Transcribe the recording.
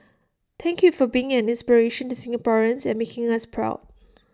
thank you for being an inspiration to Singaporeans and making us proud